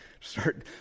start